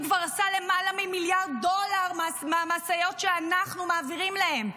הוא כבר עשה למעלה ממיליארד דולר מהמשאיות שאנחנו מעבירים להם.